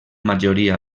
majoria